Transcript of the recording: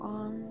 on